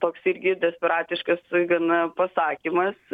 toks irgi desperatiškas gana pasakymas